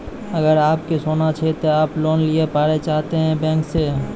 अगर आप के सोना छै ते आप लोन लिए पारे चाहते हैं बैंक से?